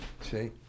See